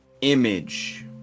image